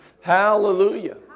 Hallelujah